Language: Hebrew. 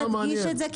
-- להדגיש את זה,